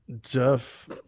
Jeff